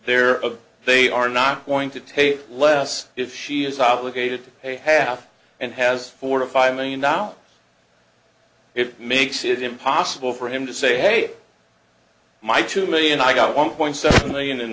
they're of they are not going to take less if she is obligated to pay half and has forty five million down it makes it impossible for him to say hey my two million i got one point seven million in